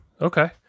Okay